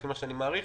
להערכתי,